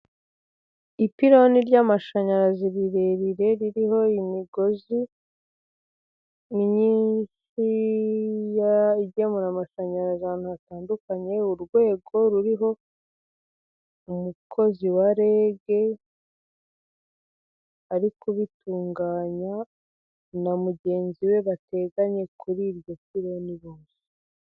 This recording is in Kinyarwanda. Ipironi ry'amashanyarazi rirerire ririho imigozi myinshi igemura amashanyarazi ahantu hatandukanye, urwego ruriho umukozi wa rege ari kubitunganya na mugenzi we bateganye kuri iryo pironi bose.